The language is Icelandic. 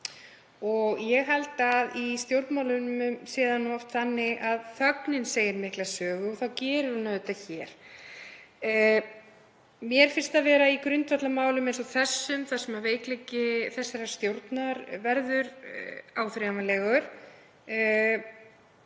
Ég held að í stjórnmálunum sé það oft þannig að þögnin segi mikla sögu og það gerir hún auðvitað hér. Mér finnst það vera í grundvallarmálum eins og þessum þar sem veikleiki þessarar stjórnar verður áþreifanlegur.